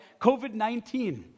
COVID-19